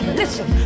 listen